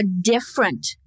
different